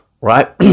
right